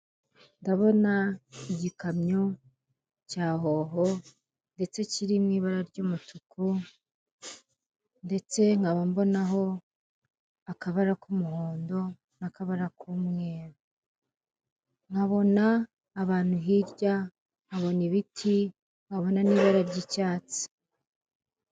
Ndabona igikamyo cya Hoho ndetse kiri mu ibara ry'umutuku ndetse nkaba mbonaho akabara k'umuhondo n'akabara k'umweru, nkabona abantu hirya, nkabona ibiti, nkaba mbona n'ibara ry'icyatsi.